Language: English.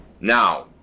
now